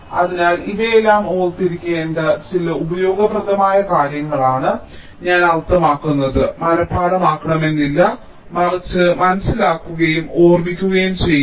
അതിനാൽ ഇവയെല്ലാം ഓർത്തിരിക്കേണ്ട ചില ഉപയോഗപ്രദമായ കാര്യങ്ങളാണ് ഞാൻ അർത്ഥമാക്കുന്നത് മനഃപാഠമാക്കണമെന്നില്ല മറിച്ച് മനസ്സിലാക്കുകയും ഓർമ്മിക്കുകയും ചെയ്യുക